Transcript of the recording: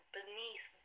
beneath